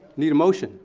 need a motion.